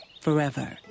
forever